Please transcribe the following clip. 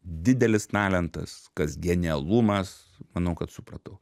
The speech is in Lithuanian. didelis talentas kas genialumas manau kad supratau